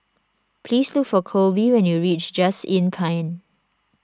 please look for Colby when you reach Just Inn Pine